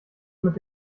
mit